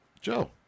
Joe